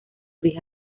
gris